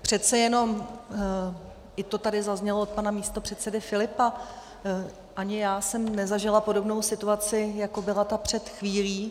Přece jenom, jak to tady zaznělo od pana místopředsedy Filipa, ani já jsem nezažila podobnou situaci, jako byla ta před chvílí.